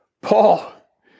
Paul